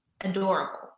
adorable